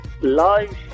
Live